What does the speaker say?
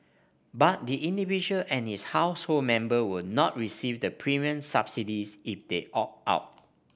but the individual and his household member will not receive the premium subsidies if they opt out